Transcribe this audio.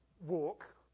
walk